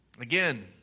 Again